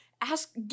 Ask